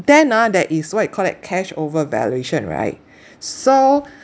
then ah there is what you call that cash over valuation right so